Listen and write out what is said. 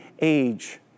age